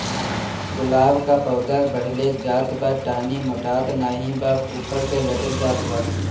गुलाब क पौधा बढ़ले जात बा टहनी मोटात नाहीं बा ऊपर से लटक जात बा?